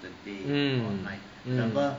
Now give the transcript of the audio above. mm mm